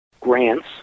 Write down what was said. grants